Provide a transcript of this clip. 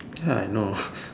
ya I know